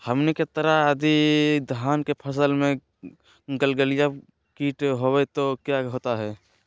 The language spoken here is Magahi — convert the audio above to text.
हमनी के तरह यदि धान के फसल में गलगलिया किट होबत है तो क्या होता ह?